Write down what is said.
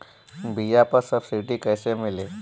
बीया पर सब्सिडी कैसे मिली?